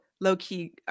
low-key